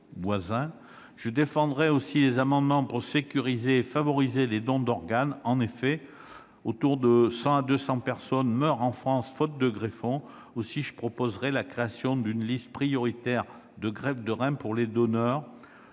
Je défendrai des amendements pour sécuriser et favoriser les dons d'organes. En effet, 100 à 200 personnes meurent en France faute de greffons. Aussi, je proposerai la création d'une liste prioritaire de greffe de rein pour les donneurs